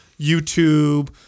YouTube